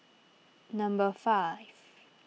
number five